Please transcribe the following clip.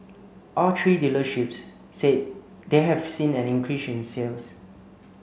all three dealerships said they have seen an increase in sales